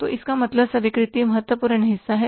तो मतलब स्वीकृति महत्वपूर्ण हिस्सा है